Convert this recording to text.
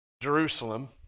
Jerusalem